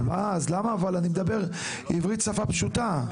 אז קודם